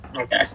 Okay